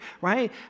right